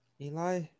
Eli